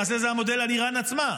למעשה זה המודל על איראן עצמה,